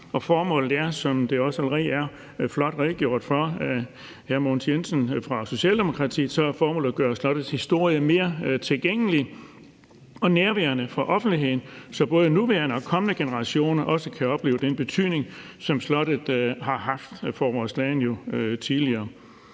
Formålet er, som det også allerede er blevet flot redegjort for af hr. Mogens Jensen fra Socialdemokratiet, at gøre slottets historie mere tilgængelig og nærværende for offentligheden, så både nuværende og kommende generationer også kan opleve den betydning, som slottet har haft for vores land tidligere.